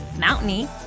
mountainy